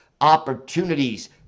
opportunities